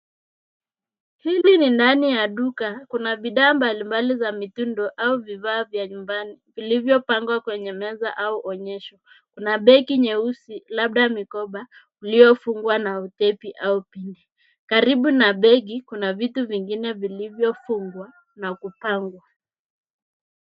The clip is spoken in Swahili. Hili ni ya duka kuna bidhaa mbalimbali za mitindo au vifaa vya nyumbani vilivyopangwa kwenye meza au onyesho ,kuna begi nyeusi labda mikoba uliofungwa na utepi, karibu na begi kuna vitu vingine vilivyofungwa na kupangwa.